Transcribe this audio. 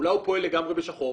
אולי הוא פועל לגמרי בשחור?